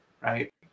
right